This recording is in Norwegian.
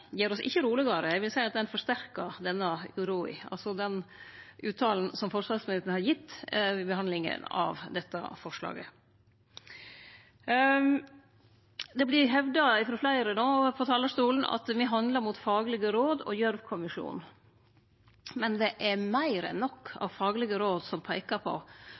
gjer oss ikkje rolegare, eg vil seie at han forsterkar denne uroa – altså den uttalen som forsvarsministeren har gjeve ved behandlinga av dette forslaget. Det vert hevda frå fleire på talarstolen at me handlar mot faglege råd og Gjørv-kommisjonen. Men det er meir enn nok av faglege råd som peiker på